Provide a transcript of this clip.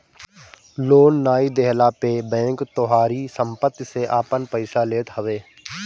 loan नाइ देहला पे बैंक तोहारी सम्पत्ति से आपन पईसा लेत हवे